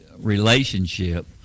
relationship